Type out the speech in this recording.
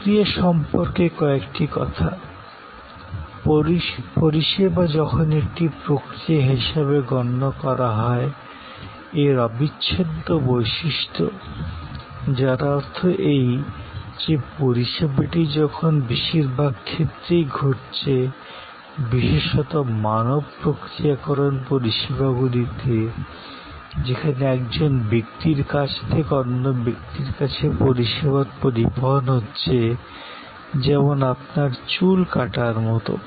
প্রক্রিয়া সম্পর্কে কয়েকটি কথা পরিষেবা যখন একটি প্রক্রিয়া হিসাবে গণ্য করা হয় এর অবিচ্ছেদ্য বৈশিষ্ট্য যার অর্থ এই যে পরিষেবাটি যখন বেশিরভাগ ক্ষেত্রেই ঘটছে বিশেষত মানব প্রক্রিয়াকরণ পরিষেবাগুলিতে যেখানে একজন ব্যক্তির কাছ থেকে অন্য ব্যক্তি অবধি পরিষেবার প্রবাহ ঘটছে যেমন আপনার চুল কাটার মতো